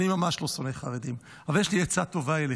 אני ממש לא שונא חרדים, אבל יש לי עצה טובה אליך.